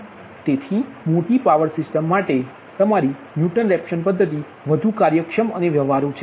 તેથી મોટી power systems માટે તમારી ન્યુટન રેફસન પદ્ધતિ વધુ કાર્યક્ષમ અને વ્યવહારુ છે